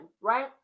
right